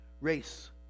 race